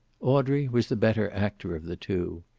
audrey was the better actor of the two.